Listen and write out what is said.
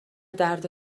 درد